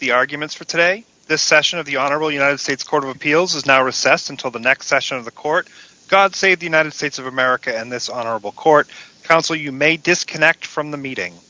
the arguments for today this session of the honorable united states court of appeals is now recess until the next session of the court god save the united states of america and this honorable court counsel you may disconnect from the meeting